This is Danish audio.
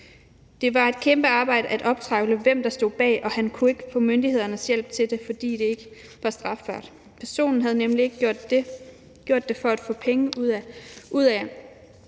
Det var et kæmpe arbejde at optrævle, hvem der stod bag, og Malte kunne ikke få myndighedernes hjælp til det, fordi det ikke var strafbart. Gerningspersonen havde nemlig ikke gjort det for at få penge ud af